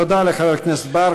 תודה לחבר הכנסת בר.